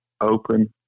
open